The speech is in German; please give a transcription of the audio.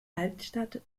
altstadt